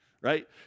right